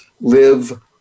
Live